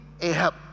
Ahab